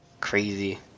crazy